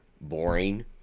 boring